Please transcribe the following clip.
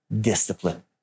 discipline